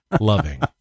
loving